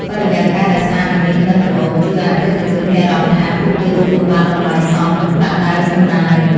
បរិយាកាសដែលស្អាតនិងមានក្លិនក្រអូបជួយឱ្យអតិថិជនមានអារម្មណ៍ថា ពួកគេទទួលបានតម្លៃសមនឹងប្រាក់ដែលចំណាយ។